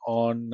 on